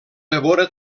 devora